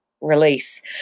release